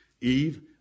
Eve